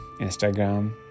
Instagram